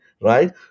right